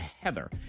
Heather